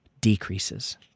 decreases